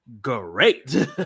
great